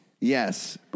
Yes